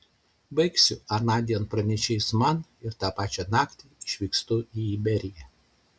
baigsiu anądien pranešė jis man ir tą pačią naktį išvykstu į iberiją